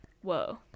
whoa